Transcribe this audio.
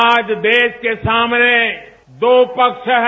आज देश के सामने दो पक्ष हैं